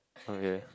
okay